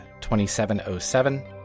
2707